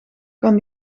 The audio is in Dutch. kan